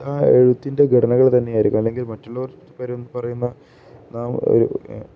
ആ എഴുത്തിൻ്റെ ഘടനകൾ തന്നെയായിരിക്കും അല്ലെങ്കിൽ മറ്റുള്ളവർ പറയുന്ന നാമൊരു